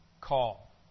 call